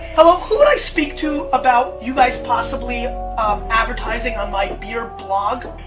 hello, who would i speak to about you guys possibly um advertising on my beer blog?